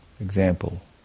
example